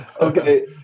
Okay